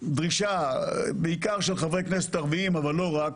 הדרישה, בעיקר של חברי כנסת ערבים, אבל לא רק,